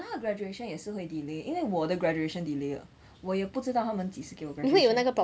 可能他的 graduation 也是会 delay 因为我的 graduation delay 了我也不知道他们几时给我 graduation